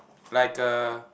like a